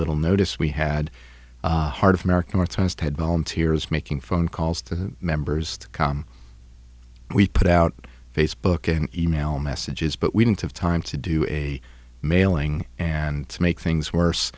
little notice we had heart of american artist had volunteers making phone calls to members to come we put out facebook and e mail messages but we didn't have time to do a mailing and to make things worse